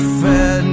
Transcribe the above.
fed